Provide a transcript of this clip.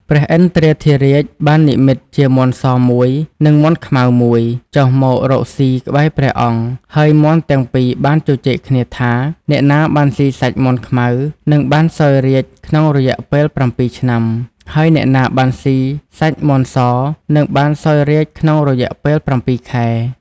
ព្រះឥន្ទ្រាធិរាជបាននិម្មិតជាមាន់សមួយ និងមាន់ខ្មៅមួយ ចុះមករកស៊ីក្បែរព្រះអង្គ ហើយមាន់ទាំងពីរបានជជែកគ្នាថា អ្នកណាបានស៊ីសាច់មាន់ខ្មៅនឹងបានសោយរាជ្យក្នុងរយៈពេល ៧ ឆ្នាំ ហើយអ្នកណាបានស៊ីសាច់មាន់សនឹងបានសោយរាជ្យក្នុងរយៈពេល ៧ ខែ។